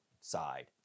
side